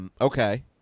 Okay